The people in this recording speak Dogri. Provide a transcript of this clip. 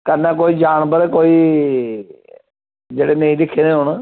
कन्नै कोई जानवर कोई बड़े लोग दिक्खे दे होन